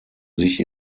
sich